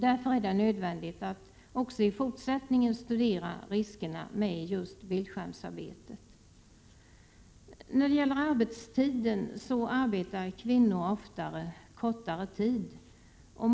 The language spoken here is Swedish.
Därför är det nödvändigt att även i fortsättningen studera riskerna med bildskärmsarbete. När det gäller arbetstiden råder det förhållandet att kvinnor oftare arbetar kortare tid.